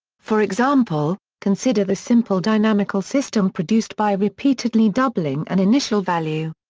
for example, consider the simple dynamical system produced by repeatedly doubling an initial value.